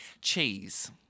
Cheese